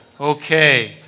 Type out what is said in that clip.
Okay